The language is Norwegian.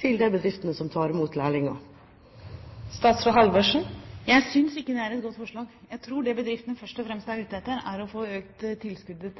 til de bedriftene som tar imot lærlinger? Jeg synes ikke det er et godt forslag. Jeg tror det bedriftene først og fremst er ute etter, er å få økt tilskuddet